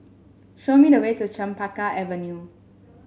show me the way to Chempaka Avenue